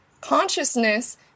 consciousness